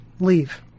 leave